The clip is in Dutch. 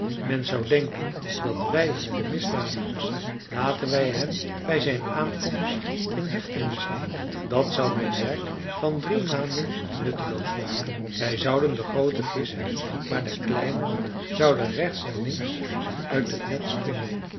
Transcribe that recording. men zou denken dat wij de misdadigers zijn laten wij hem bij zijn aankomst in hechtenis nemen dat zou mijn werk van drie maanden nutteloos maken wij zouden de groote visch hebben maar de kleinere zouden rechts en links uit het net springen